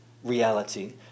reality